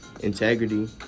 integrity